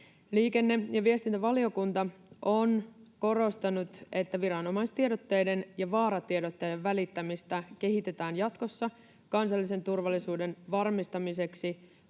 Liikenne- ja viestintävaliokunta on korostanut, että viranomaistiedotteiden ja vaaratiedotteiden välittämistä kehitetään jatkossa kansallisen turvallisuuden varmistamiseksi